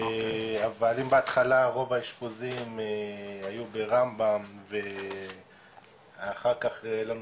אבל אם בהתחלה רוב האשפוזים היו ברמב"ם ואחר כך היו לנו